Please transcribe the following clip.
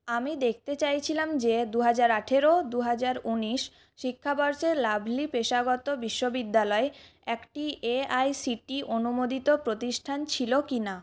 আমি দেখতে চাইছিলাম যে দু হাজার আঠের দু হাজার উনিশ শিক্ষাবর্ষে লাভলি পেশাগত বিশ্ববিদ্যালয় একটি এআইসিটিই অনুমোদিত প্রতিষ্ঠান ছিল কিনা